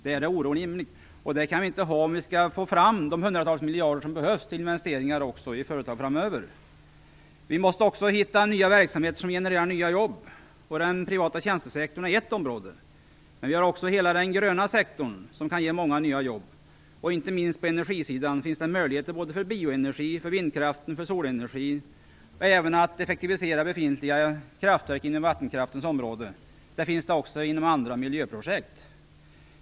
Den ordningen kan vi inte ha om vi skall få fram de hundratals miljarder som behövs till investering i företag också framöver. Vi måste också hitta nya verksamheter, som genererar nya jobb. Den privata tjänstesektorn är ett område. Vi har också hela den gröna sektorn, som kan ge många nya jobb. Inte minst på energisidan finns det möjligheter; jag tänker då på både bioenergin, vindkraften, solenergin och även på möjligheterna att effektivisera befintliga kraftverk inom vattenkraftens område. Möjligheter finns det också inom andra miljöprojekt.